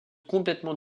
complètement